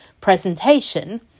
presentation